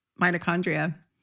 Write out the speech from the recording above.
mitochondria